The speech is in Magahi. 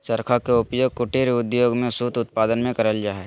चरखा के उपयोग कुटीर उद्योग में सूत उत्पादन में करल जा हई